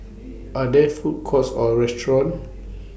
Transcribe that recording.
Are There Food Courts Or restaurants